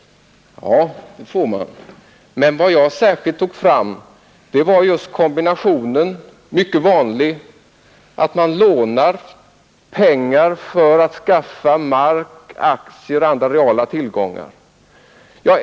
Ja, det är riktigt, men vad jag särskilt framhöll var den mycket vanliga kombinationen att man lånar pengar för att skaffa mark, aktier och andra reala tillgångar.